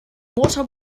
motor